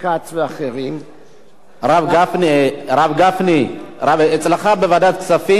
הרב גפני, הרב גפני, אצלך בוועדת כספים לא עושים,